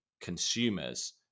consumers